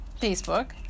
Facebook